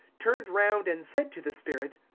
turned round and said to the spirit,